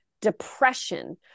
depression